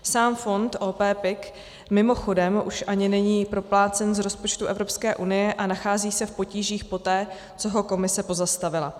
Sám fond OP PIK mimochodem už ani není proplácen z rozpočtu Evropské unie a nachází se v potížích poté, co ho Komise pozastavila.